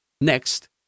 Next